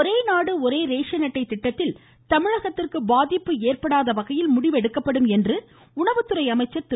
ஒரே நாடு ஒரே ரேசன் அட்டை திட்டத்தில் தமிழகத்திற்கு பாதகம் ஏற்படாத வகையில் முடிவெடுக்கப்படும் என்று உணவுத்துறை அமைச்சர் திரு